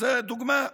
זו דוגמה.